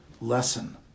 lesson